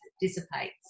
dissipates